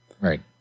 Right